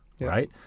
right